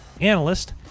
analyst